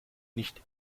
nicht